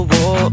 War